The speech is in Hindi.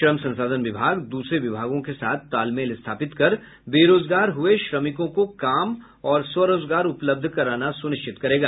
श्रम संसाधन विभाग दूसरे विभागों के साथ तालमेल स्थापित कर बेरोजगार हुए श्रमिकों को काम और स्वरोजगार उपलब्ध कराना सुनिश्चित करेगा